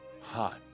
Hot